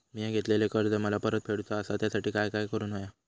मिया घेतलेले कर्ज मला परत फेडूचा असा त्यासाठी काय काय करून होया?